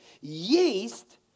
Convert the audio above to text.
Yeast